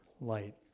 light